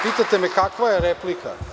Pitate me kakva je replika?